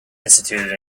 instituted